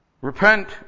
Repent